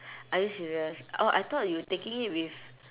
are you serious orh I thought you taking it with